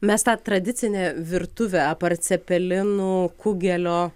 mes tą tradicinę virtuvę apart cepelinų kugelio